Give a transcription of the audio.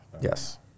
Yes